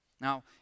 Now